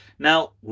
Now